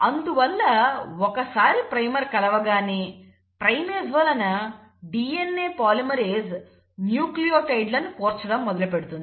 అందువల్ల ఒకసారి ప్రైమర్ కలవగానే ప్రైమేస్ వలన DNA పాలిమరేస్ న్యూక్లియోటైడ్ లను కూర్చడం మొదలుపెడుతుంది